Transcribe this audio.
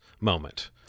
moment